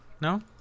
no